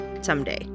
someday